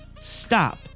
stop